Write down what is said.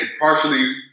partially